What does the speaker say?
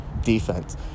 defense